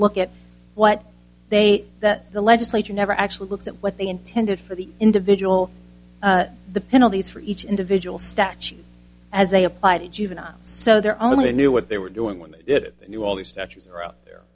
look at what they that the legislature never actually looks at what they intended for the individual the penalties for each individual statute as they apply to juvenile so they're only knew what they were doing when it knew all these statutes are out there